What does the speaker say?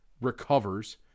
recovers